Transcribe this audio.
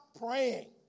praying